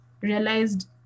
realized